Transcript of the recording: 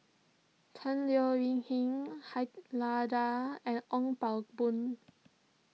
Tan Leo Wee Hin Han Lao Da and Ong Pang Boon